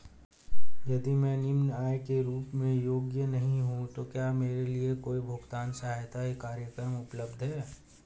यदि मैं निम्न आय के रूप में योग्य नहीं हूँ तो क्या मेरे लिए कोई भुगतान सहायता कार्यक्रम उपलब्ध है?